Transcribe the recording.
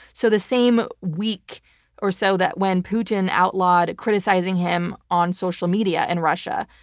so the same week or so that when putin outlawed criticizing him on social media in russia,